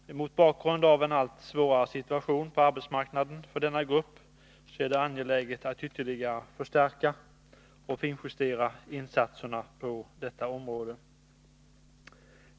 Herr talman! Jag vill kommentera några punkter i betänkandet om arbetsmarknadspolitiken som särskilt rör de s.k. arbetshandikappade. Mot bakgrund av en allt svårare situation på arbetsmarknaden för denna grupp är det angeläget att ytterligare förstärka och finjustera insatserna på området.